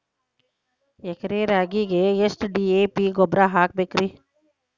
ಎಕರೆ ರಾಗಿಗೆ ಎಷ್ಟು ಡಿ.ಎ.ಪಿ ಗೊಬ್ರಾ ಹಾಕಬೇಕ್ರಿ?